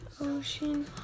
Ocean